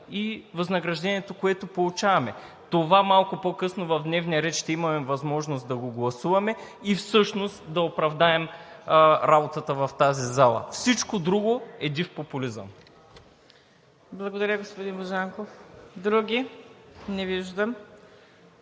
и възнаграждението, което получаваме. Това малко по-късно в дневния ред ще имаме възможност да го гласуваме и всъщност да оправдаем работата в тази зала. Всичко друго е див популизъм. ПРЕДСЕДАТЕЛ МУКАДДЕС НАЛБАНТ: